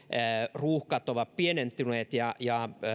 ruuhkat ovat pienentyneet ja ja